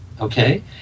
Okay